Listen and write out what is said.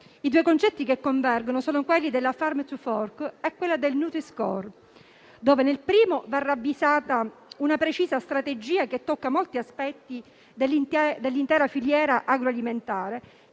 I due concetti che convergono sono quelli della Farm to fork e del nutri-score. Nel primo va ravvisata una precisa strategia che tocca molti aspetti dell'intera filiera agroalimentare,